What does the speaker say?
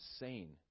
insane